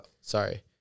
Sorry